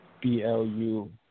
B-L-U